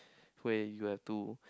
where you have to